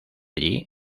allí